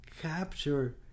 capture